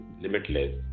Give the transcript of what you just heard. limitless